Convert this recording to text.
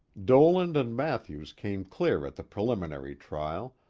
dolan and mathews came clear at the preliminary trial,